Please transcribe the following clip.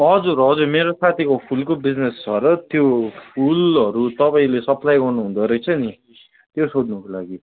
हजुर हजुर मेरो साथीको फुलको बिजनेस छ र त्यो फुलहरू तपाईँले सप्लाई गर्नु हुँदोरहेछ नि त्यो सोध्नुको लागि